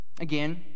Again